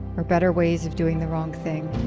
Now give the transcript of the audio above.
or better ways of doing the wrong thing.